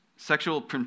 Sexual